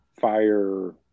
fire